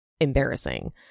embarrassing